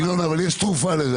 אבל יש לזה תרופה.